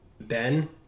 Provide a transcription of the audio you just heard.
Ben